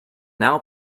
now